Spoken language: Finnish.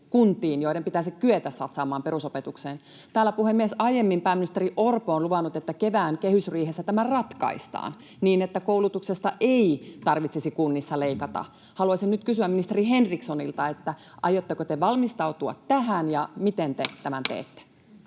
joiden pitäisi kyetä satsaamaan perusopetukseen. Puhemies! Täällä aiemmin pääministeri Orpo on luvannut, että kevään kehysriihessä tämä ratkaistaan, niin että koulutuksesta ei tarvitsisi kunnissa leikata. Haluaisin nyt kysyä ministeri Henrikssonilta: aiotteko te valmistautua tähän, ja miten te [Puhemies